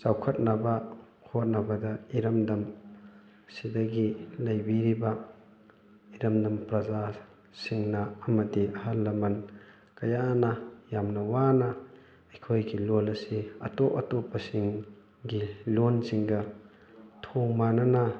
ꯆꯥꯎꯈꯠꯅꯕ ꯍꯣꯠꯅꯕꯗ ꯏꯔꯝꯗꯝ ꯑꯁꯤꯗꯒꯤ ꯂꯩꯕꯤꯔꯤꯕ ꯏꯔꯝꯗꯝ ꯄ꯭ꯔꯖꯥꯁꯤꯡꯅ ꯑꯃꯗꯤ ꯑꯍꯜ ꯂꯃꯟ ꯀꯌꯥꯅ ꯌꯥꯝꯅ ꯋꯥꯅ ꯑꯩꯈꯣꯏꯒꯤ ꯂꯣꯜ ꯑꯁꯤ ꯑꯇꯣꯞ ꯑꯇꯣꯞꯄꯁꯤꯡꯡꯒꯤ ꯂꯣꯜꯁꯤꯡꯒ ꯊꯣꯡ ꯃꯥꯟꯅꯅ